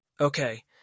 Okay